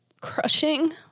crushing